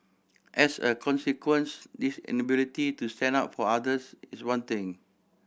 as a consequence this inability to stand up for others is one thing